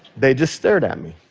they just stared at me.